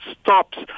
stops